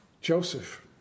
Joseph